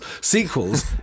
Sequels